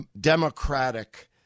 democratic